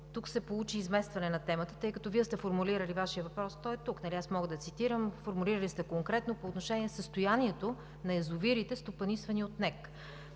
се получи изместване на темата, тъй като Вие сте формулирали Вашия въпрос, той е тук, аз мога да цитирам, формулирали сте конкретно: по отношение състоянието на язовирите, стопанисвани от НЕК.